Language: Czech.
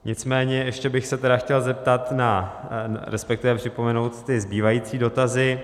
Nicméně ještě bych se tedy chtěl zeptat na, resp. připomenout ty zbývající dotazy.